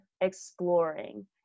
exploring